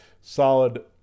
Solid